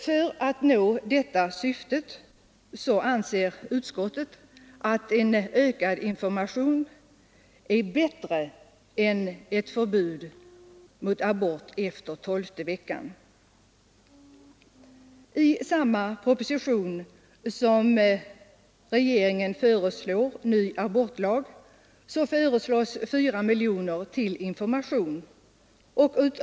För att nå detta syfte bör en ökad information vara bättre än ett förbud mot abort efter tolfte veckan. I samma proposition som den där ny abortlag föreslås önskar regeringen också få ett anslag på 4 miljoner kronor till information.